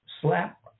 slap